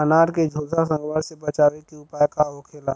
अनार के झुलसा संक्रमण से बचावे के उपाय का होखेला?